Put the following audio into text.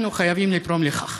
אנחנו חייבים לתרום לכך.